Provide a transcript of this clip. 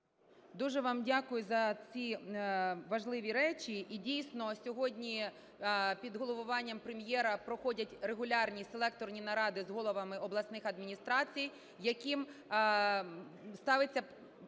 Дуже вам дякую за ці важливі речі. І, дійсно, сьогодні під головуванням Прем'єра проходять регулярні селекторні наради з головами обласних адміністрацій, яким ставиться